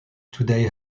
today